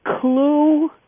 Clue